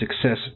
success